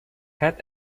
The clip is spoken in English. had